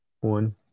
One